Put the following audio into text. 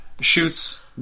shoots